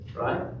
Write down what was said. right